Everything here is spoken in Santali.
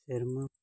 ᱥᱮᱨᱢᱟ